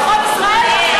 כבר יש.